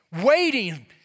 waiting